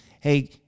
hey